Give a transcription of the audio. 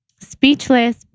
speechless